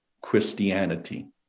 Christianity